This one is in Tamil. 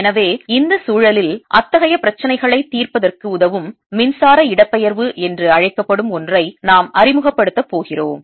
எனவே இந்த சூழலில் அத்தகைய பிரச்சினைகளைத் தீர்ப்பதற்கு உதவும் மின்சார இடப்பெயர்வு என்று அழைக்கப்படும் ஒன்றை நாம் அறிமுகப்படுத்தப் போகிறோம்